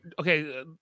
okay